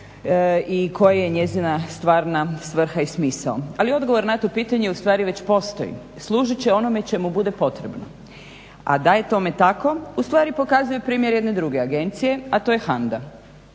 i koja je njezina stvarna svrha i smisao. Ali odgovor na to pitanje ustvari već postoji. Služit će onome čemu bude potrebno. A da je tome tako ustvari pokazuje primjer jedne druge agencije, a to je HANDA.